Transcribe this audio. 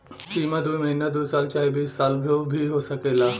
सीमा दू महीना दू साल चाहे बीस सालो भी सकेला